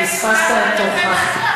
פספסת את תורך.